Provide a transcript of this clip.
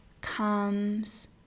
comes